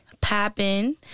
popping